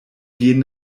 gehen